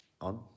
on